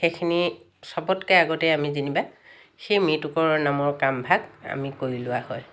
সেইখিনি চবতকৈ আগতে আমি যেনিবা সেই মৃতকৰ নামৰ কামভাগ আমি কৰি লোৱা হয়